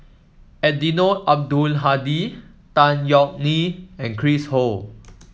Eddino Abdul Hadi Tan Yeok Nee and Chris Ho